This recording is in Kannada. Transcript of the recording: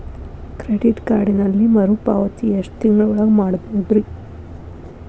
ಕ್ರೆಡಿಟ್ ಕಾರ್ಡಿನಲ್ಲಿ ಮರುಪಾವತಿ ಎಷ್ಟು ತಿಂಗಳ ಒಳಗ ಮಾಡಬಹುದ್ರಿ?